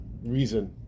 reason